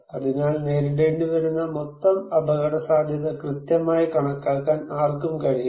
അതിനാൽ നേരിടേണ്ടിവരുന്ന മൊത്തം അപകടസാധ്യത കൃത്യമായി കണക്കാക്കാൻ ആർക്കും കഴിയില്ല